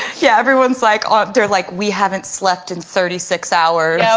yeah, everyone's like ah they're like we haven't slept in thirty six hours